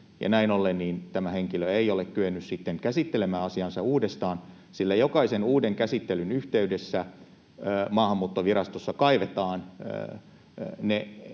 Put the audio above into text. näin ollen tämä henkilö ei ole kyennyt sitten käsittelemään asiaansa uudestaan, sillä jokaisen uuden käsittelyn yhteydessä Maahanmuuttovirastossa kaivetaan ne